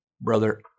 brother